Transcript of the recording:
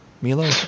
Milo